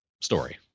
story